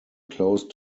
close